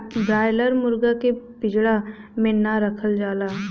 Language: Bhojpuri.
ब्रायलर मुरगा के पिजड़ा में ना रखल जाला